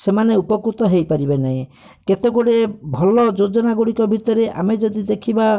ସେମାନେ ଉପକୃତ ହେଇପାରିବେ ନାହିଁ କେତେ ଗୁଡ଼ିଏ ଭଲ ଯୋଜନାଗୁଡ଼ିକ ଭିତରେ ଆମେ ଯଦି ଦେଖିବା